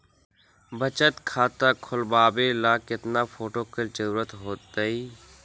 बचत खाता खोलबाबे ला केतना फोटो के जरूरत होतई?